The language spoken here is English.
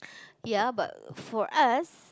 ya but for us